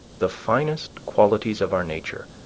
the finest qualities of our nature,